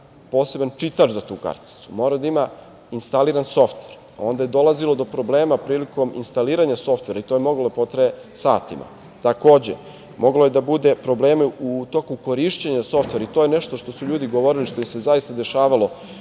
poseban čitač za tu karticu, morao je da ima instaliran softver. Onda je dolazilo do problema prilikom instaliranja softvera i to je moglo da potraje satima. Takođe, moglo je da bude problema u toku korišćenja softvera i to je nešto što su ljudi govorili, što im se zaista dešavalo,